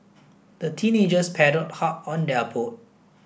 the teenagers paddled hard on their boat